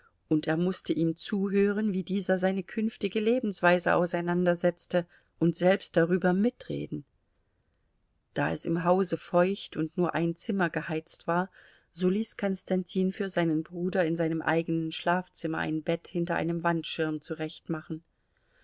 und er mußte ihm zuhören wie dieser seine künftige lebensweise auseinandersetzte und selbst darüber mitreden da es im hause feucht und nur ein zimmer geheizt war so ließ konstantin für seinen bruder in seinem eigenen schlafzimmer ein bett hinter einem wandschirm zurechtmachen